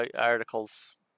articles